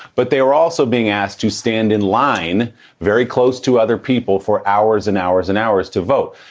but they were also being asked to stand in line very close to other people for hours and hours and hours to vote.